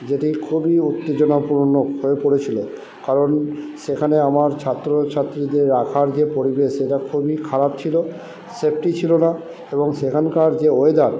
যেটি খুবই উত্তেজনাপূর্ণ হয়ে পড়েছিলো কারণ সেখানে আমার ছাত্র ছাত্রীদের রাখার যে পরিবেশ সেটা খুবই খারাপ ছিলো সেফটি ছিলো না এবং সেখানকার যে ওয়েদার